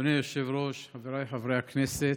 אדוני היושב-ראש, חבריי חברי הכנסת,